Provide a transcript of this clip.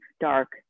dark